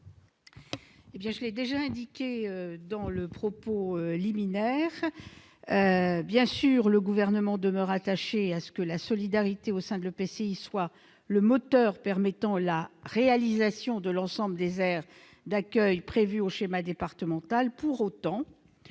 Je l'ai déjà indiqué dans mon propos liminaire, le Gouvernement demeure bien sûr attaché à ce que la solidarité au sein de l'EPCI soit le moteur permettant la réalisation de l'ensemble des aires d'accueil prévues au schéma départemental. Pour autant,